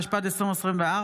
התשפ"ד 2024,